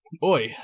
Boy